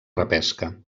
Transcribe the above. repesca